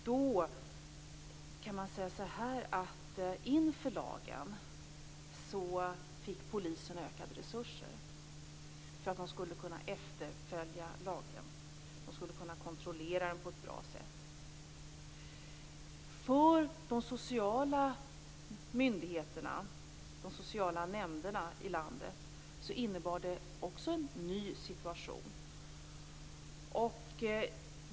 Då kan man säga att inför lagen fick polisen ökade resurser för att se till att lagen skulle efterföljas. De skulle kunna kontrollera den på ett bra sätt. För de sociala myndigheterna, de sociala nämnderna i landet, innebar det också en ny situation.